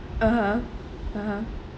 (uh huh) (uh huh)